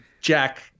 Jack